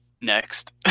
Next